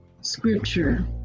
scripture